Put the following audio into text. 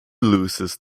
loses